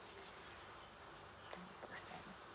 ten percent